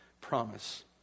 promise